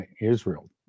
Israel